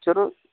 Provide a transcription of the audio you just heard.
चलो